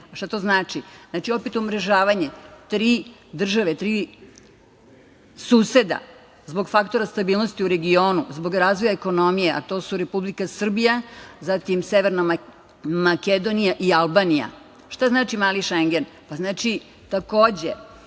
Šta to znači? To znači opet umrežavanje. Tri države, tri suseda zbog faktora stabilnosti u regionu, zbog razvoja ekonomije, a to su Republika Srbija, zatim Severna Makedonija i Albanija. Šta znači „mali šengen“? Znači takođe